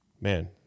man